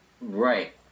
right